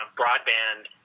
broadband